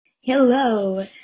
Hello